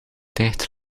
dicht